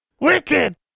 Wicked